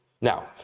Now